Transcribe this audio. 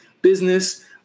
business